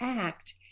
act